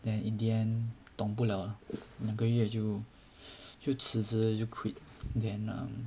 then in the end dong 不了了两个月就就辞职就 quit then um